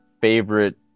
favorite